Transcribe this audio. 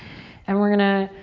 and we're gonna,